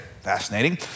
fascinating